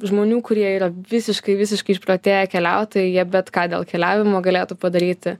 žmonių kurie yra visiškai visiškai išprotėję keliautojai jie bet ką dėl keliavimo galėtų padaryti